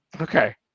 Okay